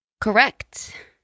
correct